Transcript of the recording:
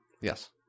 Yes